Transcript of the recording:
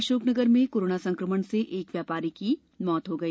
अशोकनगर में कोरोना संक्रमण से एक व्यपारी की मृत्य् हई